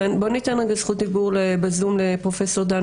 10:13) בואו ניתן זכות דיבור בזום לפרופ' דנה